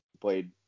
played